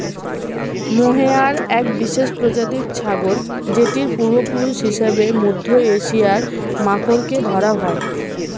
mohair এক বিশেষ প্রজাতির ছাগল যেটির পূর্বপুরুষ হিসেবে মধ্য এশিয়ার মাখরকে ধরা হয়